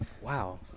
Wow